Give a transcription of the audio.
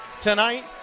tonight